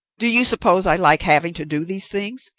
do you suppose i like having to do these things?